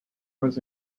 was